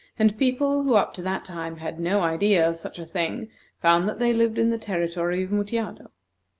and people who up to that time had no idea of such a thing found that they lived in the territory of mutjado.